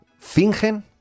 fingen